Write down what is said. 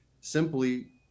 simply